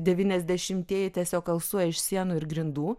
devyniasdešimtieji tiesiog alsuoja iš sienų ir grindų